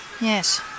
Yes